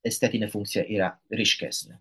estetinė funkcija yra ryškesnė